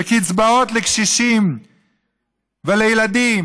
בקצבאות לקשישים ולילדים,